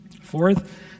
Fourth